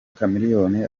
chameleone